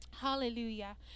hallelujah